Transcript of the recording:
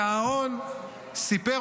ואהרן סיפר